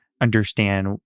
understand